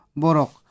borok